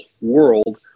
world